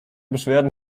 beschwerden